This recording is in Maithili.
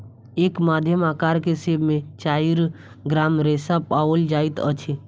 एक मध्यम अकार के सेब में चाइर ग्राम रेशा पाओल जाइत अछि